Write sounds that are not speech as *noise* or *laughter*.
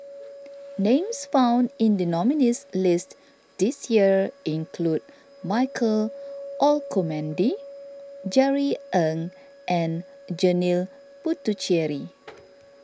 *noise* names found in the nominees' list this year include Michael Olcomendy Jerry Ng and Janil Puthucheary